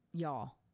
Y'all